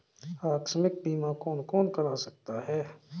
आकस्मिक बीमा कौन कौन करा सकता है?